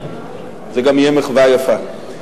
זו גם תהיה מחווה יפה.